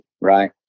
right